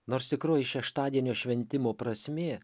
nors tikroji šeštadienio šventimo prasmė